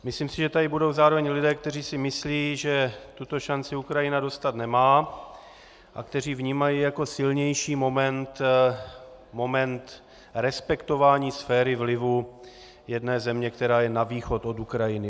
Myslím, že tu budou zároveň i lidé, kteří si myslí, že tuto šanci Ukrajina dostat nemá, a kteří vnímají jako silnější moment moment respektování sféry vlivu jedné země, která je na východ od Ukrajiny.